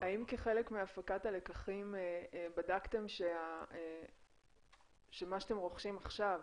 האם כחלק מהפקת הלקחים בדקתם שמה שאתם רוכשים עכשיו,